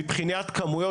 מבחינת כמויות,